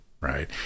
right